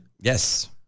Yes